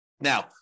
Now